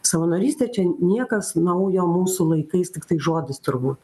savanorystė čia niekas naujo mūsų laikais tiktai žodis turbūt